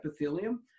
epithelium